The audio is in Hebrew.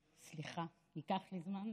סליחה, ייקח לי זמן.